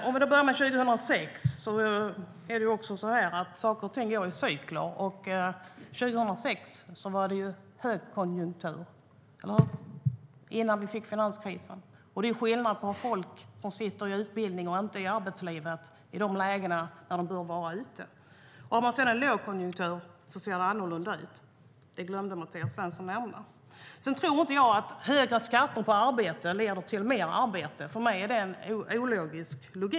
Herr talman! Saker och ting går i cykler. År 2006 var det högkonjunktur, eller hur? Det var innan vi fick finanskrisen. Det är skillnad när folk sitter i utbildning och inte i arbetslivet i lägen då de bör vara ute. Har man sedan en lågkonjunktur ser det annorlunda ut. Det glömde Mattias Jonsson nämna. Jag tror inte att höga skatter på arbete leder till mer arbete. För mig är det ologiskt.